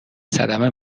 صدمه